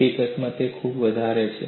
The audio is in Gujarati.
હકીકતમાં તે ખૂબ વધારે છે